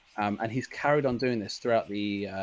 and he's carried on doing this throughout the,